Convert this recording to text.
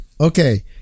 Okay